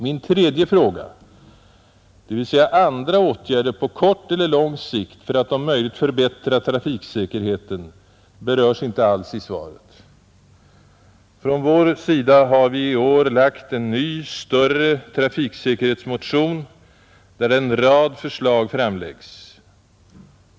Min tredje fråga — dvs. andra åtgärder på kort eller lång sikt för att om möjligt förbättra trafiksäkerheten — berörs inte alls i svaret. Från vår sida har vi i år väckt en ny, större trafiksäkerhetsmotion, där en rad förslag framlagts.